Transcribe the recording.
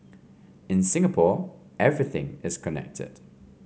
in Singapore everything is connected